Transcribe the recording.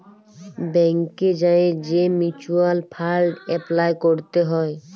ব্যাংকে যাঁয়ে যে মিউচ্যুয়াল ফাল্ড এপলাই ক্যরতে হ্যয়